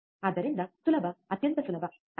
ಆದ್ದರಿಂದ ಸುಲಭ ಅತ್ಯಂತ ಸುಲಭ ಅಲ್ಲವೇ